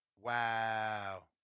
Wow